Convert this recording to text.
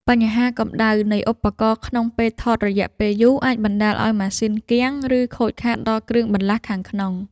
បញ្ហាកម្ដៅនៃឧបករណ៍ក្នុងពេលថតរយៈពេលយូរ អាចបណ្ដាលឱ្យម៉ាស៊ីនគាំង ឬខូចខាតដល់គ្រឿងបន្លាស់ខាងក្នុង។